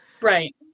Right